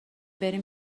بریم